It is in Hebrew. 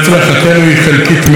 אבל היה מתמיד כל דרכו.